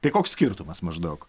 tai koks skirtumas maždaug